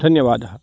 धन्यवादः